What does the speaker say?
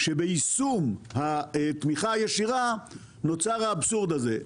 שביישום התמיכה הישירה נוצר האבסורד הזה.